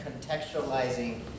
Contextualizing